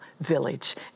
village